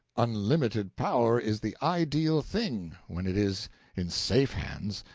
unlimited power is the ideal thing when it is in safe hands.